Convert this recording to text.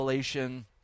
Revelation